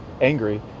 angry